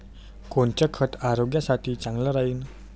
कोनचं खत आरोग्यासाठी चांगलं राहीन?